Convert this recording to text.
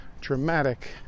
dramatic